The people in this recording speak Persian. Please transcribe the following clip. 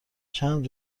چند